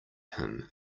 him